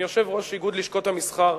מיושב-ראש איגוד לשכות המסחר,